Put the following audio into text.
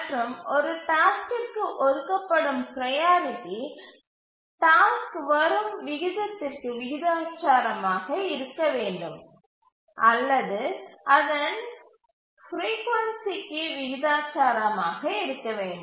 மற்றும் ஒரு டாஸ்க்கிற்கு ஒதுக்கப்படும் ப்ரையாரிட்டி டாஸ்க் வரும் விகிதத்திற்கு விகிதாசாரமாக இருக்க வேண்டும் அல்லது அதன் பிரீகொன்சிக்கு விகிதாசாரமாக இருக்க வேண்டும்